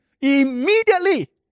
immediately